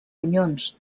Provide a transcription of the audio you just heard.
ronyons